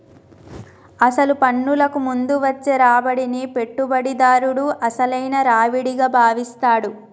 అసలు పన్నులకు ముందు వచ్చే రాబడిని పెట్టుబడిదారుడు అసలైన రావిడిగా భావిస్తాడు